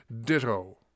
Ditto